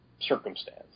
circumstance